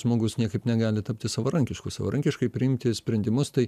žmogus niekaip negali tapti savarankišku savarankiškai priimti sprendimus tai